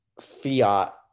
fiat